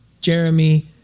Jeremy